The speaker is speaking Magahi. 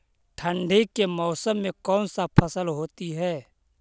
ठंडी के मौसम में कौन सा फसल होती है?